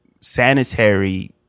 sanitary